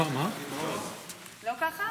לא ככה?